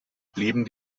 blieben